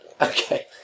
Okay